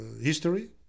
history